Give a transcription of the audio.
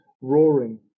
roaring